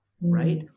right